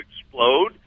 explode